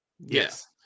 Yes